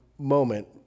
moment